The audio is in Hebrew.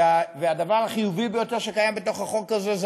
והדבר החיובי ביותר שקיים בתוך החוק הזה זה